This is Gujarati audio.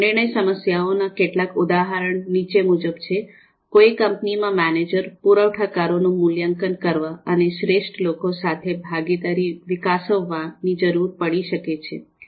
નિર્ણય સમસ્યાઓના કેટલાક ઉદાહરણ નીચે મુજબ છે કોઈ કંપનીમાં મેનેજર પુરવઠાકારોનું મૂલ્યાંકન કરવાની અને શ્રેષ્ઠ લોકો સાથે ભાગીદારી વિકસાવવાની જરૂર પડી શકે છે